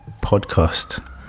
podcast